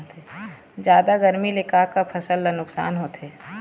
जादा गरमी ले का का फसल ला नुकसान होथे?